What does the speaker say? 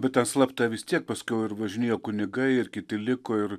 bet ten slapta vis tiek paskiau ir važinėjo kunigai ir kiti liko ir